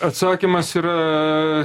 atsakymas yra